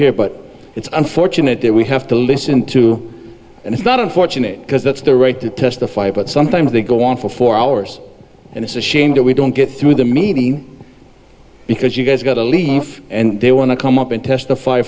hear but it's unfortunate that we have to listen to and it's not unfortunate because that's their right to testify but sometimes they go on for four hours and it's a shame that we don't get through the meeting because you guys got to leave and they want to come up and testify